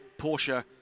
porsche